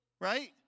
Right